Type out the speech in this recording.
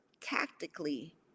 tactically